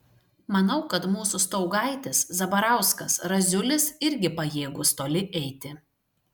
manau kad mūsų staugaitis zabarauskas raziulis irgi pajėgūs toli eiti